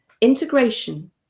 integration